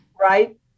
right